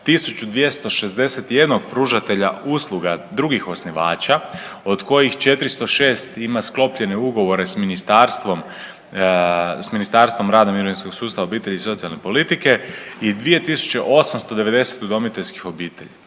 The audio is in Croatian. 1261 pružatelja usluga drugih osnivača od kojih 406 ima sklopljene ugovore s ministarstvom, s Ministarstvom rada, mirovinskog sustava, obitelji i socijalne politike i 2890 udomiteljskih obitelji.